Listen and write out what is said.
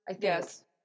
Yes